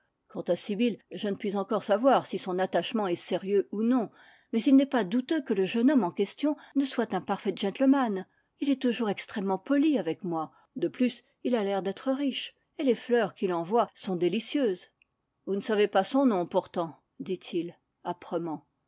à sibyl je ne puis encore savoir si son attachement est sérieux ou non mais il n'est pas douteux que le jeune homme en question ne soit un parfait gentleman il est toujours extrêmement poli avec moi de plus il a l'air d'être riche et les fleurs qu'il envoie sont délicieuses vous ne savez pas son nom pourtant dit-il